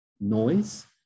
noise